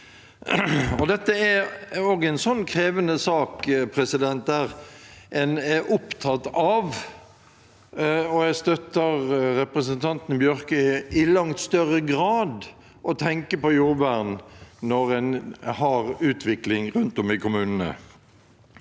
Dette er også en krevende sak, der en er opptatt av – og jeg støtter representanten Bjørke i langt større grad – å tenke på jordvern når en har utvikling rundt om i kommunene.